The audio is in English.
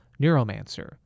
Neuromancer